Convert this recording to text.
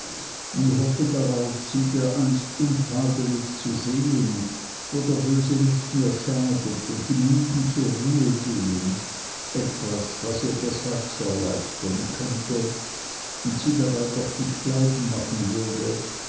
und hoffe darauf sie der einst untadelig zu sehen wo der böse nicht mehr schadet und die müden zur ruhe gehen etwas was ihr das herz erleichtern könnte und sie dabei doch nicht glauben machen würde